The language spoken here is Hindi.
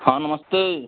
हाँ नमस्ते